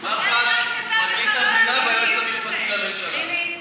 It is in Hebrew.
מח"ש, פרקליט